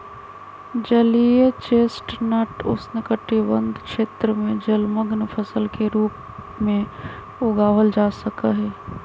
जलीय चेस्टनट उष्णकटिबंध क्षेत्र में जलमंग्न फसल के रूप में उगावल जा सका हई